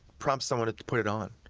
prompts someone to put it on.